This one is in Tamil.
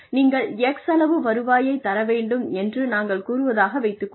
நீங்கள் X அளவு வருவாயைத் தர வேண்டும் என்று நாங்கள் கூறுவதாக வைத்துக் கொள்வோம்